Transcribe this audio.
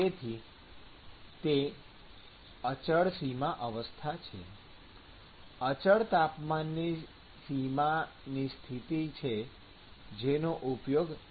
તેથી તે અચળ સીમા અવસ્થા છે અચળ તાપમાનની સીમાની સ્થિતિ છે જેનો ઉપયોગ કરવો જોઇએ